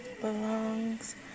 belongs